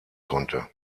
konnte